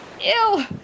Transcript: Ew